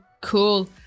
Cool